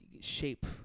shape